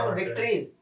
victories